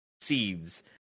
seeds